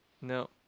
No